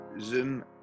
Zoom